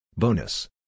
Bonus